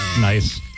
Nice